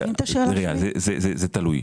זה תלוי.